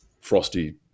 frosty